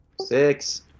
six